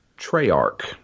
Treyarch